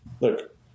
Look